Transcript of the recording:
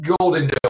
Golden